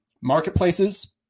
Marketplaces